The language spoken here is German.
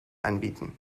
anbieten